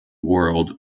world